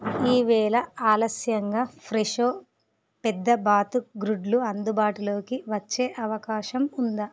ఈవేళ ఆలస్యంగా ఫ్రెషో పెద్ద బాతు గ్రుడ్లు అందుబాటులోకి వచ్చే అవకాశం ఉందా